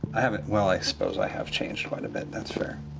i haven't well, i suppose i have changed quite a bit, that's fair.